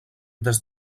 des